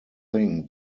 thing